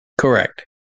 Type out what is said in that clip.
Correct